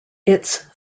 its